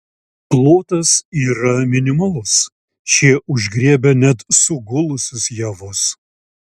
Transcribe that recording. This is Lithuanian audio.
plotas yra minimalus šie užgriebia net sugulusius javus